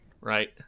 right